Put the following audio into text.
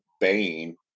bane